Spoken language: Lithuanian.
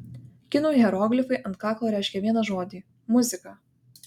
kinų hieroglifai ant kaklo reiškia vieną žodį muzika